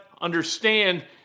understand